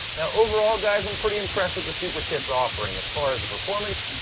now overall, guys, i'm pretty impressed with the superchips offering. as far as the performance,